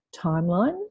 timeline